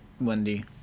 Wendy